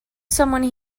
someone